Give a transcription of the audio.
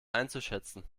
einzuschätzen